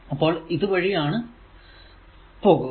അപ്പോൾ ഇത് ഈ വഴി ആണ് പോകുക